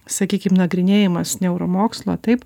sakykim nagrinėjimas neuromokslo taip